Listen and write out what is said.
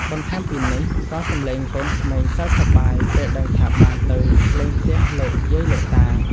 បន្ថែមពីនេះ ក៏សំឡេងកូនក្មេងសើចសប្បាយពេលដឹងថាបានទៅលេងផ្ទះលោកយាយលោកតា។